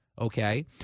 Okay